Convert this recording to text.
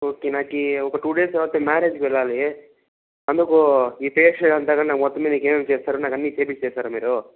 okay నాకు ఒక two days తరువాత మ్యారేజ్కి వెళ్ళాలి అందుకు ఈ ఫేసు మీద అంతా కన్నా నాకు మొత్తం మీద ఇంకా ఏమేమి చేస్తారో నాకు అన్నీ చేయింస్తారా మీరు